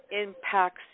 impacts